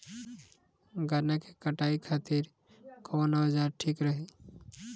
गन्ना के कटाई खातिर कवन औजार ठीक रही?